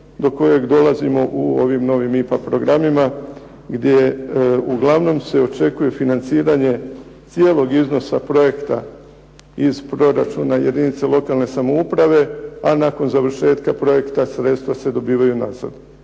do kojeg dolazimo u ovim novim IPA programima gdje uglavnom se očekuje financiranje cijelog iznosa projekta iz proračuna jedinica lokalne samouprave, a nakon završetka projekta sredstva se dobivaju nazad.